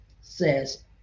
Says